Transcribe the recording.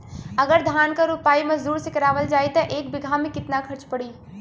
अगर धान क रोपाई मजदूर से करावल जाई त एक बिघा में कितना खर्च पड़ी?